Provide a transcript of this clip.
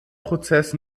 prozess